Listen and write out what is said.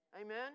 Amen